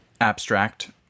abstract